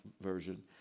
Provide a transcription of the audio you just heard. version